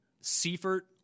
Seifert